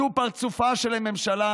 זו פרצופה של הממשלה,